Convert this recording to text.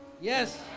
Yes